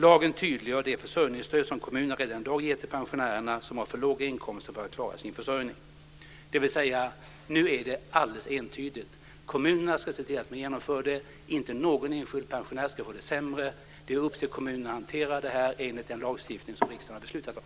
Lagen tydliggör det försörjningsstöd som kommunerna redan i dag ger till pensionärerna som har för låga inkomster för att klara sin försörjning. Det är alltså nu helt entydigt att kommunerna ska se till att genomföra maxtaxan, och ingen enskild pensionär ska få det sämre. Det är upp till kommunerna att hantera detta enligt den lagstiftning som riksdagen har beslutat om.